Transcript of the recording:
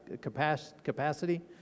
capacity